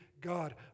God